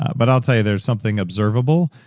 but i'll tell you, there's something observable,